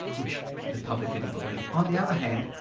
which the public didn't believe. on the other hand,